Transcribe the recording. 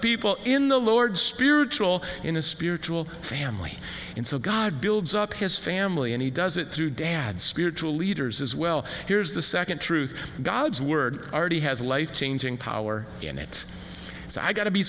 people in the lord spiritual in a spiritual family and so god builds up his family and he does it through dad spiritual leaders as well here's the second truth god's word already has a life changing power in it as i got to be